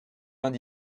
vingt